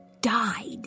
died